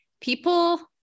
people